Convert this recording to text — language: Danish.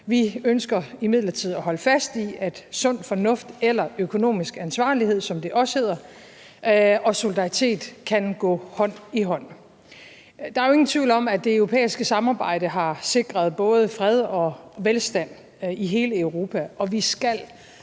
Vi ønsker imidlertid at holde fast i, at sund fornuft eller økonomisk ansvarlighed, som det også hedder, og solidaritet kan gå hånd i hånd. Der er jo ingen tvivl om, at det europæiske samarbejde har sikret både fred og velstand i hele Europa, og vi skal